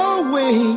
away